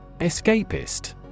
Escapist